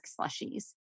slushies